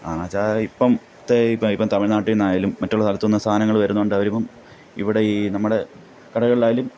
കാരണമെന്നു വെച്ചാൽ ഇപ്പം ത്തെ ഇപ്പം ഇപ്പം തമിഴ്നാട്ടിൽ നിന്നായാലും മറ്റുള്ള സ്ഥലത്തു നിന്ന് സാധനങ്ങൾ വരുന്നതു കൊണ്ട് അവരിപ്പം ഇവിടെ ഈ നമ്മൾ കടകളിലായാലും